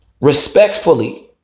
respectfully